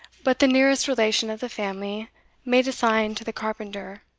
but the nearest relation of the family made a sign to the carpenter,